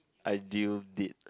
ideal date